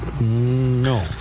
No